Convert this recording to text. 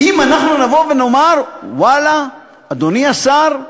שאנחנו נבוא נאמר: ואללה, אדוני השר,